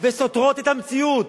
וסותרות את המציאות?